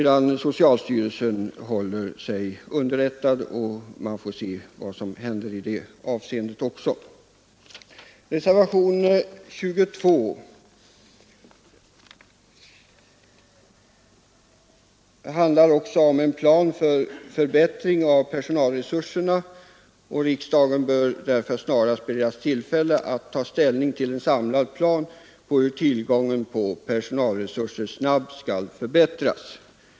Socialstyrelsen skall hålla sig underrättad, och man får se vad som händer i det avseendet också. Reservationen 22 handlar om en plan för förbättring av personalresurserna. Reservanterna anser att riksdagen snarast bör beredas tillfälle att ta ställning till en samlad plan för att tillgången på personal snabbt skall förbättras.